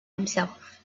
himself